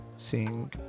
seeing